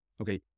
Okay